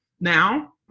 now